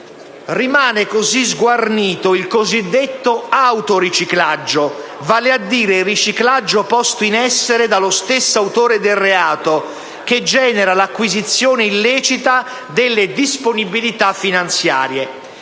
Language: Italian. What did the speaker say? Rimane così sguarnito il cosiddetto autoriciclaggio, vale a dire il riciclaggio posto in essere dallo stesso autore del reato che genera l'acquisizione illecita delle disponibilità finanziarie.